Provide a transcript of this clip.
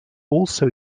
also